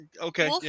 okay